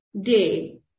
day